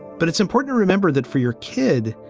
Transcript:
but it's important to remember that for your kid,